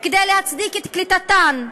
כדי להצדיק את קליטתן.